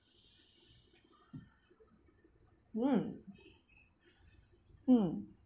um um